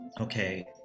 okay